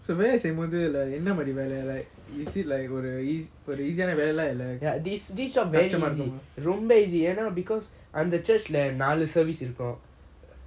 so வேலை செய்யும்போது என்ன மாறி வெல்ல:vella seiyumbothu enna maari vella is it like ஒரு:oru easy ஆனா வெள்ளைய இல்ல கஷ்டமா இருக்குமா:aana vellaya illa kastama irukuma very like leh got this dish on very dramatically wrong maisie maisie now because I'm the church leh analysis service you forgot